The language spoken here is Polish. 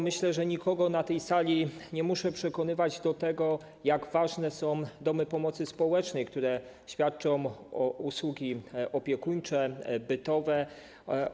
Myślę, że nikogo na tej sali nie muszę przekonywać do tego, jak ważne są domy pomocy społecznej, które świadczą usługi opiekuńcze, bytowe.